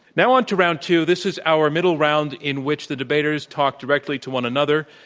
now, on to round two. this is our middle round in which the debaters talk directly to one another,